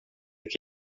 que